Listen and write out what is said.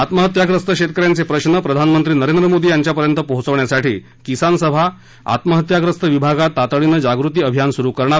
आत्महत्याप्रस्त शेतकऱ्यांचे प्रश्र प्रधानमंत्री नरेंद्र मोदी यांच्या पर्यंत पोहोचवण्यासाठी किसान सभा आत्महत्याप्रस्त विभागात तातडीनं जागृती अभियान सुरू करणार आहे